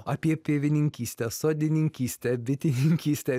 apie pievininkystę sodininkystę bitininkystę